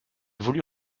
voulut